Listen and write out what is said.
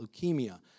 leukemia